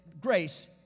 grace